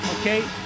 okay